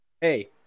hey